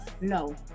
No